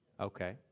Okay